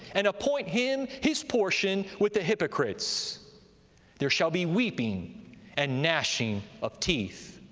and appoint him his portion with the hypocrites there shall be weeping and gnashing of teeth.